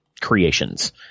creations